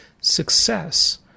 success